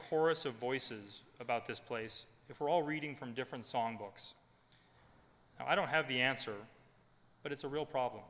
chorus of voices about this place if we're all reading from different song books i don't have the answer but it's a real problem